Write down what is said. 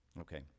Okay